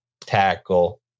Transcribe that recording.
tackle